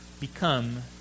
become